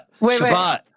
Shabbat